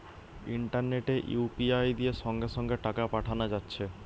ইন্টারনেটে ইউ.পি.আই দিয়ে সঙ্গে সঙ্গে টাকা পাঠানা যাচ্ছে